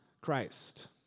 Christ